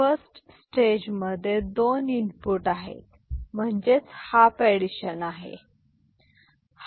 first stage मध्ये दोन input आहेत म्हणजेच हाफ एडिशन आहे